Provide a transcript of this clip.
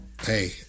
Hey